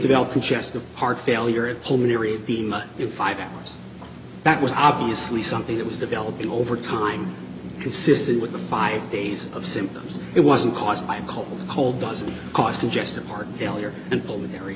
develop congestive heart failure a pulmonary edema in five years that was obviously something that was developing over time consistent with the five days of symptoms it wasn't caused by a cold cold doesn't cost ingested heart failure and pulmonary